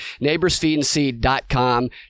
NeighborsFeedandSeed.com